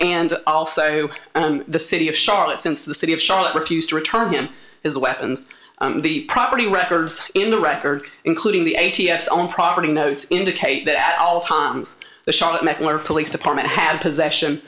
and also the city of charlotte since the city of charlotte refused to return him his weapons the property records in the record including the a t s own property notes indicate that at all times the sharp metal or police department had possession